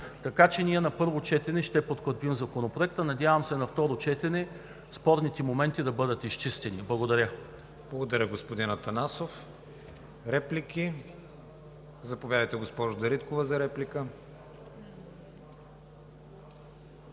Така че ние на първо четене ще подкрепим Законопроекта. Надявам се на второ четене спорните моменти да бъдат изчистени. Благодаря. ПРЕДСЕДАТЕЛ КРИСТИАН ВИГЕНИН: Благодаря, господин Атанасов. Реплики? Заповядайте, госпожо Дариткова, за реплика.